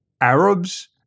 Arabs